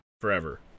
Forever